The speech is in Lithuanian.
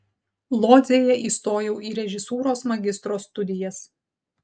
lodzėje įstojau į režisūros magistro studijas